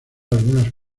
algunas